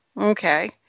Okay